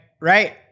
right